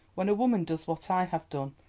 when a woman does what i have done,